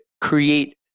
create